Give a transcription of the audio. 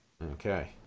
Okay